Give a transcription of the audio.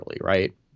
right